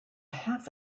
half